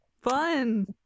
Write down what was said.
Fun